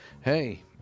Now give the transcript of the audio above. Hey